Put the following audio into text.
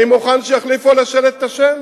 אני מוכן שיחליפו על השלט את השם.